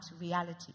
reality